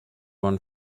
one